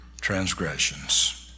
transgressions